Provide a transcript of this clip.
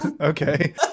okay